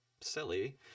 silly